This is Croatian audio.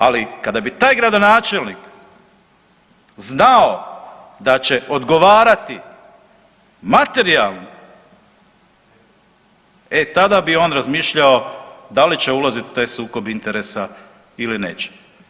Ali, kada bi taj gradonačelnik, znao da će odgovarati materijalno, e tada bi on razmišljao da li će ulaziti u taj sukob interesa ili neće.